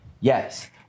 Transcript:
Yes